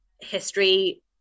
history